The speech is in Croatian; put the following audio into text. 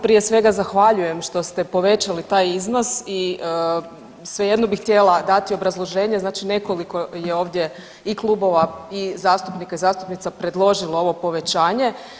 Prije svega, zahvaljujem što ste povećali taj iznos i svejedno bih htjela dati obrazloženje, znači nekoliko je ovdje i klubova i zastupnika i zastupnica predložilo ovo povećanje.